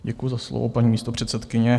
Děkuji za slovo, paní místopředsedkyně.